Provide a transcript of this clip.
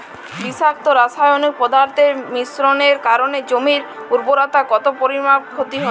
বিষাক্ত রাসায়নিক পদার্থের মিশ্রণের কারণে জমির উর্বরতা কত পরিমাণ ক্ষতি হয়?